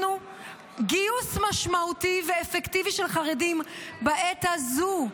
גיוס משמעותי ואפקטיבי של חרדים בעת הזו,